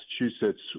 massachusetts